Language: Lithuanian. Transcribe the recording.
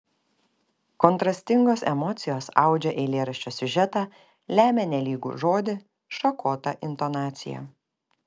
kontrastingos emocijos audžia eilėraščio siužetą lemia nelygų žodį šakotą intonaciją